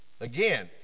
Again